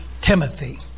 Timothy